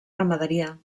ramaderia